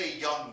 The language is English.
young